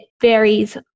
varies